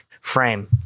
frame